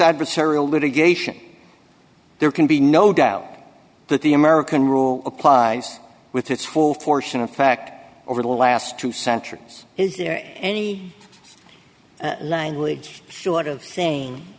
adversarial litigation there can be no doubt that the american rule applies with its full force and in fact over the last two centuries is there any language short of saying